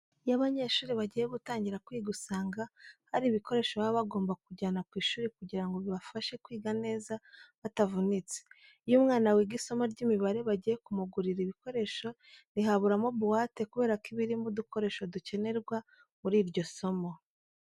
Iyo abanyeshuri bagiye gutangira kwiga usanga hari ibikoresho baba bagomba kujyana ku ishuri kugira ngo bibafashe kwiga neza batavunitse. Iyo umwana wiga isomo ry'imibare bagiye kumugurira ibikoresho ntihaburamo buwate kubera ko iba irimo udukoresho dukenerwa muri iryo somo.